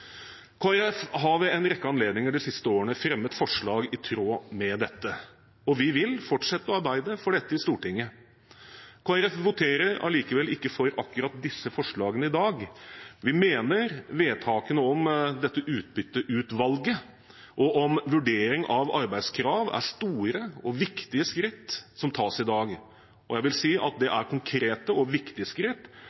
har ved en rekke anledninger de siste årene fremmet forslag i tråd med dette, og vi vil fortsette å arbeide for dette i Stortinget. Kristelig Folkeparti voterer allikevel ikke for akkurat disse forslagene i dag. Vi mener vedtakene om utbytteutvalget og om vurdering av arbeidskrav er store og viktige skritt som tas i dag, og jeg vil si at det